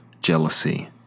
jealousy